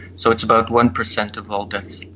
so it's about one percent of all deaths.